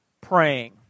praying